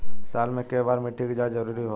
साल में केय बार मिट्टी के जाँच जरूरी होला?